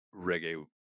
reggae